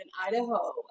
Idaho